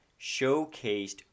showcased